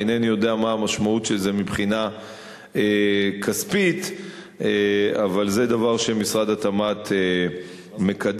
אינני יודע מה המשמעות של זה מבחינה כספית אבל זה דבר שמשרד התמ"ת מקדם,